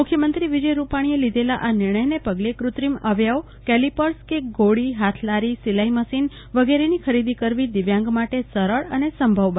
મુખ્યમંત્રી વિજય રૂપાણીએ લીધેલાં આ નિ ર્ણયને પગલે કૃત્રિ મ અવયવ કેલિપર્સ કે ધોડી હાથલારી સિલાઇ મશીન વગેર ની ખરીદી કરવી દિવ્યાંગ માટે સરળ અને સંભવ બનશે